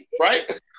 Right